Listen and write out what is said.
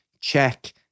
check